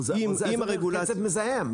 אבל זה קצף מזהם.